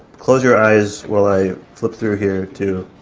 close your eyes while i flip through here to,